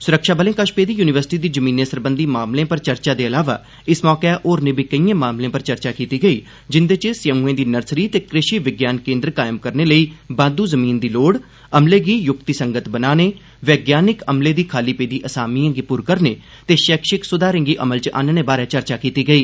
सुरक्षाबलें कश पेदी युनिवर्सिटी दी जमीनें सरबंधी मामलें पर चर्चा दे अलावा इस मौके होरनें बी केई मामलें पर चर्चा कीती गेई जिन्दे च सेअऊएं दी नर्सरी ते कृषि विज्ञान केन्द्र कायम करने लेई बाद्दू जमीन दी लोड़ अमले गी युक्तिसंगत बनाने वैज्ञानिक अमले दी खाली पेदी असामिएं गी पुर करने ते शैक्षिक सुधारें गी अमल च आह्नने बारै चर्चा कीती गेई